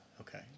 Okay